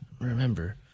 remember